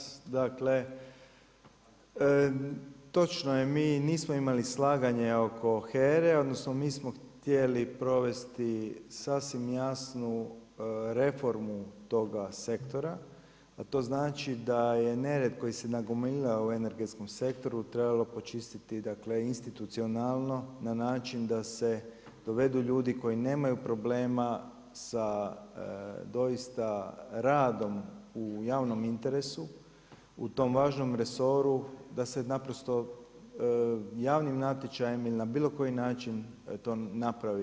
Kolega Maras, dakle, točno je, mi nismo imali slaganje oko HERA-e, odnosno mi smo htjeli provesti sasvim jasnu reformu toga sektora a to znači da je nered koji se nagomilao u energetskom sektoru trebalo počistiti dakle institucionalno na način da se dovedu ljudi koji nemaju problema sa doista radom u javnom insteresu, u tom važnom resoru da se naprosto javnim natječajem ili na bilo koji način to napravi.